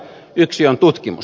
yksi on tutkimus